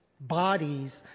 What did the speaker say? bodies